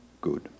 good